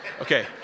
Okay